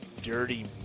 Dirty